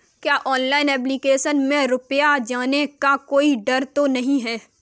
क्या online application में रुपया जाने का कोई डर तो नही है?